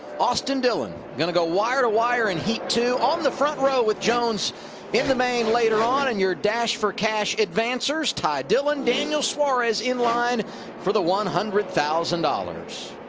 austin dillon going to go wire to wire in heat two on the front row with jones in the main later on and your dash for cash advancers, ty dillon and daniel suarez in line for the one hundred thousand dollars.